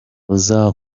uza